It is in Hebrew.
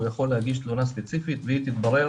הוא יכול להגיש תלונה ספציפית והיא תתברר